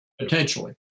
Potentially